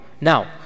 now